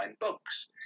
books